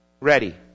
ready